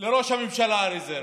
בראש הממשלה הרזרבי.